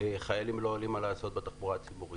חיילים לא עולים על ההסעות בתחבורה הציבורית.